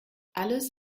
alles